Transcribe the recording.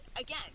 again